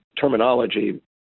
terminology